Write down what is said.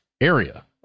area